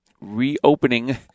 reopening